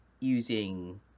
using